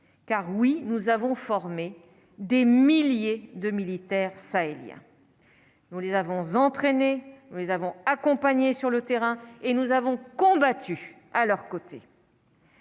car oui, nous avons formé des milliers de militaires sahéliens, nous les avons entraîné, nous avons accompagné sur le terrain et nous avons combattu à leurs côtés.